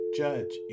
judge